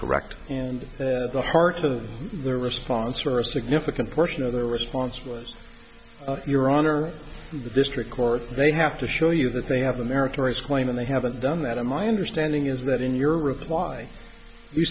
correct and the heart of the response or a significant portion of their response was your honor the district court they have to show you that they have american race claim and they haven't done that and my understanding is that in your reply you